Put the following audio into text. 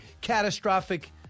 catastrophic